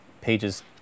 pages